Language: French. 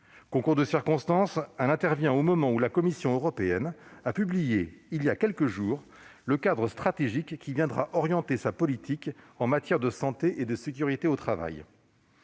Concours de circonstances, elle intervient au moment où la Commission européenne a publié, il y a quelques jours, le cadre stratégique qui viendra orienter sa politique en matière de santé et de sécurité au travail.